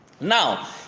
Now